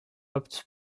optent